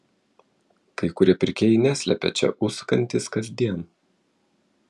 kai kurie pirkėjai neslepia čia užsukantys kasdien